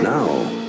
Now